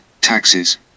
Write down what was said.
taxes